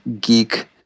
geek